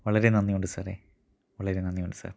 വളരെ നന്ദിയുണ്ട് സാറേ വളരെ നന്ദിയുണ്ട് സാർ